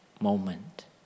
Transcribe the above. moment